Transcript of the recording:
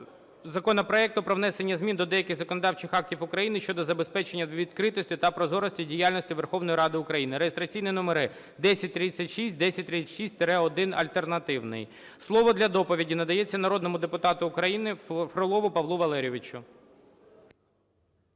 законопроекту про внесення змін до деяких законодавчих актів України щодо забезпечення відкритості та прозорості діяльності Верховної Ради України (реєстраційні номери 1036, 1036-1 альтернативний). Слово для доповіді надається народному депутату України Фролову Павлу Валерійовичу.